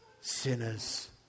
sinners